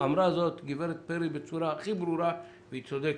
אמרה זאת גברת פרי בצורה הכי ברורה, והיא צודקת.